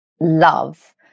love